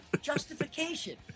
Justification